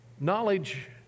Knowledge